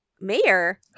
mayor